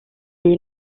est